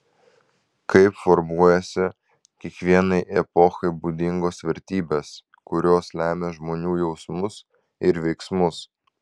kaip formuojasi kiekvienai epochai būdingos vertybės kurios lemia žmonių jausmus ir veiksmus